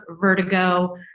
vertigo